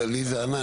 לי זה ענה.